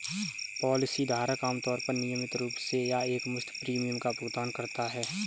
policy धारक आमतौर पर नियमित रूप से या एकमुश्त प्रीमियम का भुगतान करता है